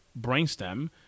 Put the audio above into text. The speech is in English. brainstem